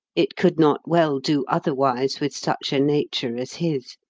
it could not well do otherwise with such a nature as his.